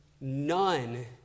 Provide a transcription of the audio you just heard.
none